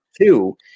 Two